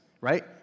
right